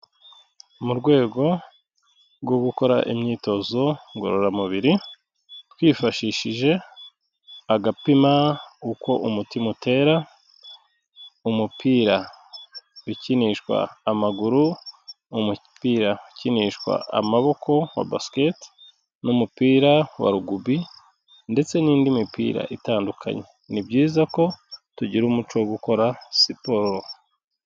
Mu rwego rwo gukora imyitozo ngororamubiri, twifashishije agapima uko umutima utera, umupira ukinishwa amaguru, umupira ukinishwa amaboko wa Basket n'umupira wa Rugby ndetse n'indi mipira itandukanye. Ni byiza ko tugira umuco wo gukora siporo.